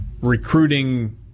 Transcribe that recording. recruiting